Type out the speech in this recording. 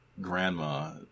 Grandma